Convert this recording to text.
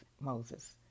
Moses